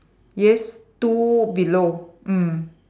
yes two below mm